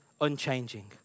unchanging